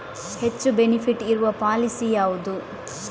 ಹೆಚ್ಚು ಬೆನಿಫಿಟ್ ಇರುವ ಪಾಲಿಸಿ ಯಾವುದು?